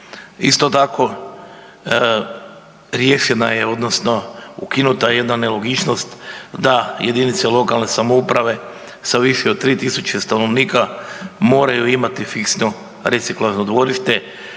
Isto tako riješena je odnosno ukinuta je jedna nelogičnost da jedinice lokalne samouprave sa više od 3.000 stanovnika moraju imati fiksno reciklažno dvorište,